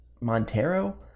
Montero